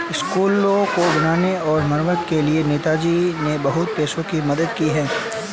स्कूलों को बनाने और मरम्मत के लिए नेताजी ने बहुत पैसों की मदद की है